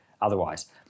otherwise